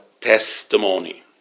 testimony